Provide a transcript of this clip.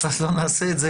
ואז לא נעשה את זה